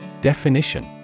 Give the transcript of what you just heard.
Definition